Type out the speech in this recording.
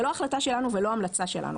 זו לא החלטה שלנו ולא המלצה שלנו,